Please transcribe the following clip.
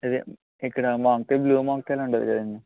అదే ఇక్కడ మా మౌంటేన్ బ్ల్యూ మౌంటేన్ ఉండేది